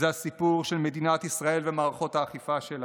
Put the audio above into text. זה הסיפור של מדינת ישראל ומערכות האכיפה שלה,